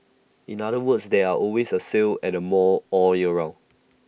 in other words there are always A sale at the mall all year round